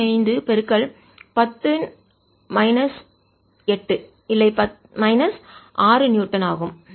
35 10 8 இல்லை minus 6 newton ஆகும்